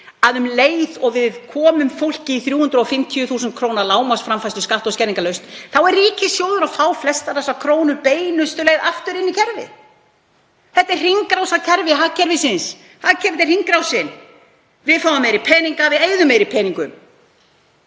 að um leið og við komum fólki í 350.000 kr. lágmarksframfærslu skatta- og skerðingarlaust er ríkissjóður að fá flestar þessar krónur beinustu leið aftur inn í kerfið. Þetta er hringrásarkerfi hagkerfisins, hagkerfið er hringrásin. Við fáum meiri peninga, við eyðum meiri peningum.